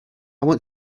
want